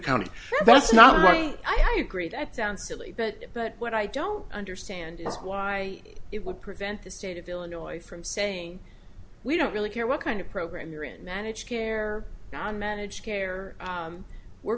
county that's not right i agree that sounds silly but but what i don't understand is why it would prevent the state of illinois from saying we don't really care what kind of program you're in managed care not managed care we're